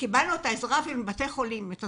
כשקיבלנו עזרה מבתי החולים, היה